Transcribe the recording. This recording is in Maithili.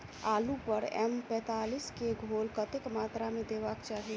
आलु पर एम पैंतालीस केँ घोल कतेक मात्रा मे देबाक चाहि?